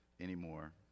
Anymore